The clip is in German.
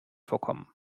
vorkommen